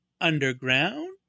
underground